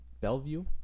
Bellevue